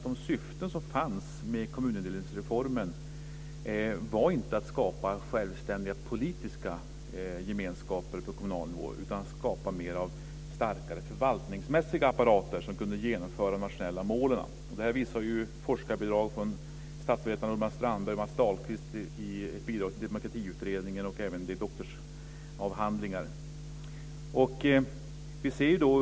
De syften som fanns med kommunindelningsreformen var inte att skapa självständiga politiska gemenskaper på kommunal nivå utan starka förvaltningsmässiga apparater, som kunde genomföra nationella mål. Det visar statsvetarna Urban Strandberg och Mats Dahlkvist i ett bidrag till Demokratiutredningen och även i doktorsavhandlingar.